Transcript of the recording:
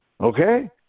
okay